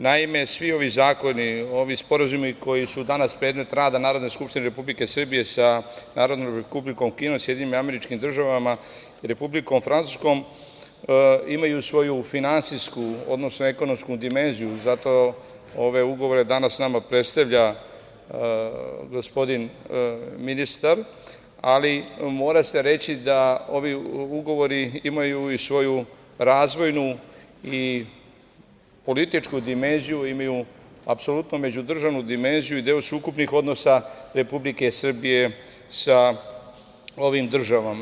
Naime, svi ovi zakoni, ovi sporazumi koji su danas predmet rada Narodne skupštine Republike Srbije sa Narodnom Republikom Kinom, SAD i Republikom Francuskom, imaju svoju finansijsku, odnosno ekonomsku dimenziju, zato ove ugovore danas nama predstavlja gospodin ministar, ali mora se reći da ovi ugovori imaju i svoju razvojnu i političku dimenziju i imaju apsolutno međudržavnu dimenziju i deo su ukupnih odnosa Republike Srbije sa ovim državama.